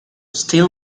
still